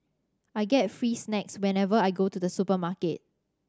I get free snacks whenever I go to the supermarket